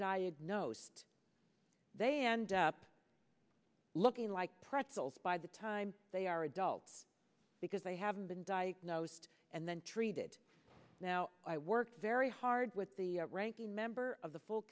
diagnosed they end up looking like pretzels by the time they are adults because they haven't been diagnosed and then treated now i worked very hard with the ranking member of the full